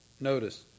Notice